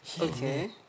Okay